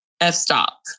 f-stop